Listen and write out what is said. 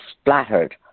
splattered